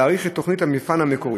להאריך את תוכנית המבחן המקורית,